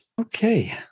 Okay